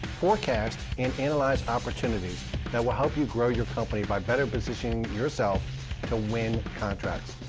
forecast, and analyze opportunities that will help you grow your company by better positioning yourself to win contracts.